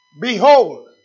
Behold